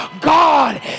God